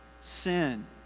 sin